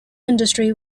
industry